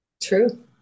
True